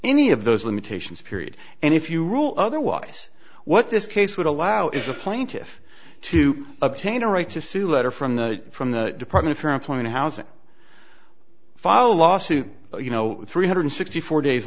any of those limitations period and if you rule otherwise what this case would allow is a plaintiff to obtain a right to sue letter from the from the department for employment housing follow a lawsuit you know three hundred sixty four days